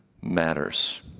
matters